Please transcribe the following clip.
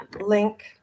link